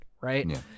Right